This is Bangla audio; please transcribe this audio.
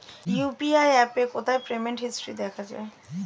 ইউ.পি.আই অ্যাপে কোথায় পেমেন্ট হিস্টরি দেখা যায়?